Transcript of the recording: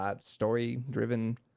story-driven